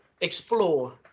explore